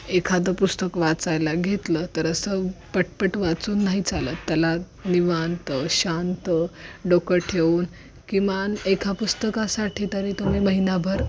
एखादं पुस्तक वाचायला घेतलं तर असं पटपट वाचून नाही चालंत त्याला निवांत शांत डोकं ठेऊन किमान एका पुस्तकासाठी तरी तुम्ही महिनाभर